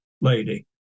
lady